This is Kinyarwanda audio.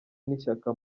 n’ishyaka